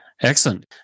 Excellent